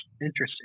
interesting